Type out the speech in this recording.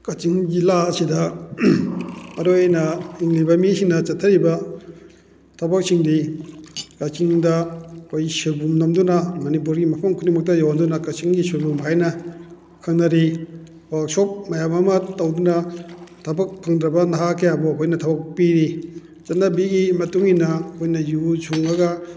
ꯀꯛꯆꯤꯡ ꯖꯤꯂꯥ ꯑꯁꯤꯗ ꯃꯔꯨꯑꯣꯏꯅ ꯍꯤꯡꯂꯤꯕ ꯃꯤꯁꯤꯡꯅ ꯆꯠꯊꯔꯤꯕ ꯊꯕꯛꯁꯤꯡꯗꯤ ꯀꯛꯆꯤꯡꯗ ꯑꯩꯈꯣꯏ ꯁꯣꯏꯕꯨꯝ ꯅꯝꯗꯨꯅ ꯃꯅꯤꯄꯨꯔꯒꯤ ꯃꯐꯝ ꯈꯨꯗꯤꯡꯃꯛꯇ ꯌꯧꯍꯟꯗꯨꯅ ꯀꯛꯆꯤꯡꯒꯤ ꯁꯣꯏꯕꯨꯝ ꯍꯥꯏꯅ ꯈꯪꯅꯔꯤ ꯋꯥꯛꯁꯣꯞ ꯃꯌꯥꯝ ꯑꯃ ꯇꯧꯗꯨꯅ ꯊꯕꯛ ꯐꯪꯗ꯭ꯔꯕ ꯅꯍꯥ ꯀꯌꯥꯕꯨ ꯑꯩꯈꯣꯏꯅ ꯊꯕꯛ ꯄꯤꯔꯤ ꯆꯠꯅꯕꯤꯒꯤ ꯃꯇꯨꯡꯏꯟꯅ ꯑꯩꯈꯣꯏꯅ ꯌꯨ ꯁꯨꯡꯉꯒ